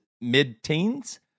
mid-teens